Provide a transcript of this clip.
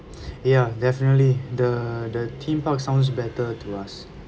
ya definitely the the theme park sounds better to us